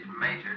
major